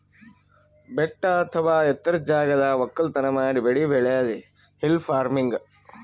ಬೆಟ್ಟ ಅಥವಾ ಎತ್ತರದ್ ಜಾಗದಾಗ್ ವಕ್ಕಲತನ್ ಮಾಡಿ ಬೆಳಿ ಬೆಳ್ಯಾದೆ ಹಿಲ್ ಫಾರ್ಮಿನ್ಗ್